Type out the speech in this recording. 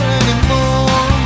anymore